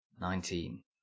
Nineteen